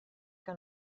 que